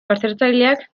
baztertzaileak